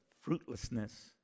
fruitlessness